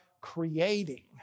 creating